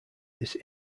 this